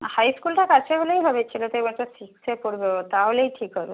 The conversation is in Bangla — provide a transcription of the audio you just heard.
হাই ইস্কুলটা কাছে হলেই হবে ছেলে তো এ বছর সিক্সে পড়বে ও তাহলেই ঠিক হবে